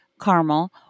caramel